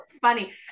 funny